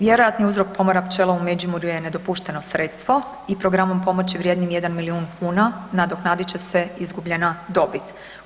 Vjerojatno je uzrok pomora pčela u Međimurju je nedopušteno sredstvo i programom pomoći vrijednim 1 milijun kuna nadoknadit će se izgubljena dobit.